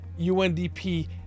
UNDP